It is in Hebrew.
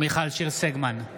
מיכל שיר סגמן,